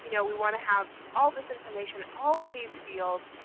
you know we want to have all this information, all of these fields.